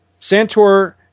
Santor